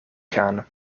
gaan